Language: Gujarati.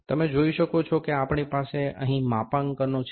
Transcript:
તમે જોઈ શકો છો કે આપણી પાસે અહીં માપાંકનો છે